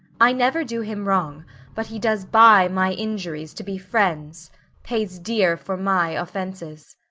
i never do him wrong but he does buy my injuries, to be friends pays dear for my offences.